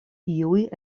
iuj